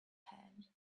hand